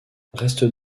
restent